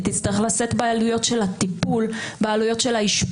היא תצטרך לשאת בעלויות של הטיפול, בעלויות